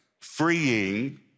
freeing